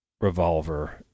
revolver